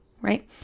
right